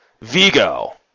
Vigo